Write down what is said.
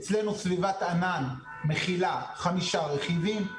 אצלנו סביבת ענן מכילה חמישה רכיבים.